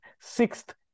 sixth